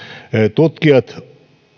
tutkijat